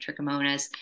trichomonas